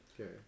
Okay